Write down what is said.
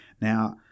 now